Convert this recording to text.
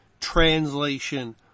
translation